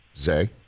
Zay